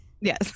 Yes